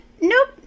nope